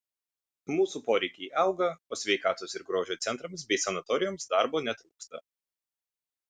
mūsų poreikiai auga o sveikatos ir grožio centrams bei sanatorijoms darbo netrūksta